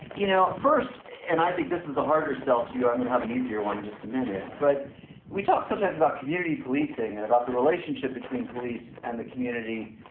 you know, first and i think this is the harder sell to you. i to and have an easier one in just a minute. but we talk sometimes about community policing and about the relationship between police and the community.